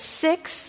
six